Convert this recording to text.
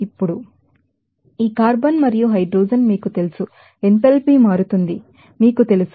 ఇప్పుడు ఈ కార్బన్ మరియు హైడ్రోజన్ మీకు తెలుసు ఎంథాల్పీ మారుతుంది మీకు తెలుసు